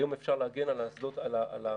היום אפשר להגן על המקומות האלה מאחור.